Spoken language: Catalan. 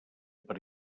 per